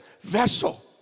vessel